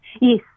Yes